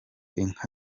inka